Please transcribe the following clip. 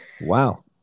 Wow